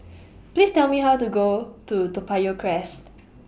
Please Tell Me How to Go to Toa Payoh Crest